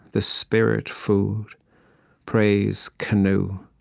the spirit food praise canoe,